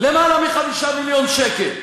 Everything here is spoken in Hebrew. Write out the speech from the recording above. למעלה מ-5 מיליון שקל.